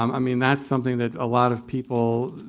um i mean, that's something that a lot of people